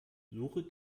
suche